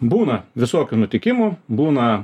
būna visokių nutikimų būna